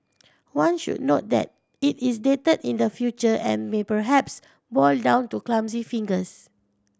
one should note that it is dated in the future and may perhaps boil down to clumsy fingers